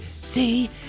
see